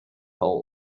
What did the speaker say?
hole